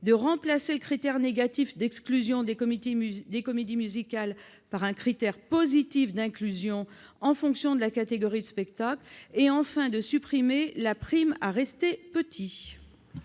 de remplacer le critère négatif d'exclusion des comédies musicales par un critère positif d'inclusion en fonction de la catégorie de spectacle et, enfin, de supprimer la « prime à rester petit